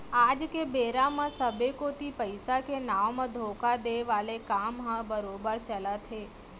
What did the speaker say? आज के बेरा म सबे कोती पइसा के नांव म धोखा देय वाले काम ह बरोबर चलत हे